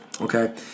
Okay